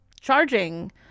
charging